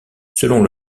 selon